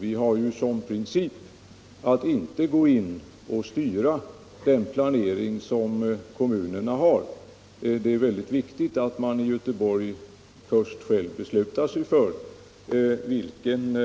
Vi har ju som princip att inte gå in och styra kommunernas planering. Det är väldigt viktigt att man i Göteborg först själv beslutar sig för vilken